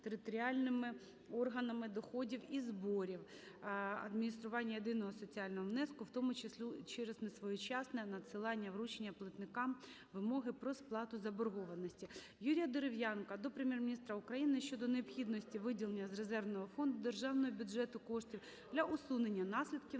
територіальними органами доходів і зборів адміністрування єдиного соціального внеску, в тому числі через несвоєчасне надсилання (вручення) платникам вимоги про сплату заборгованості. Юрія Дерев'янка до Прем'єр-міністра України щодо необхідності виділення з резервного фонду державного бюджету коштів для усунення наслідків